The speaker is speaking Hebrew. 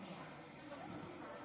אדוני השר,